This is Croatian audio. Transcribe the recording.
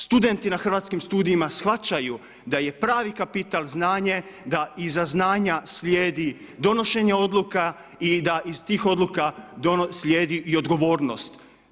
Studenti na Hrvatskim studijima shvaćaju da je pravi kapital znanje, da iza znanja slijedi donošenje odluka i da iz tih odluka slijedi i odgovornost.